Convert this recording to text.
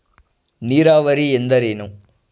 ನೀರಾವರಿ ಎಂದರೇನು?